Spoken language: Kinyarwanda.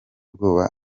ubwoba